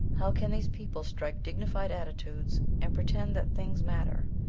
how can these people strike dignified attitudes, and pretend that things matter,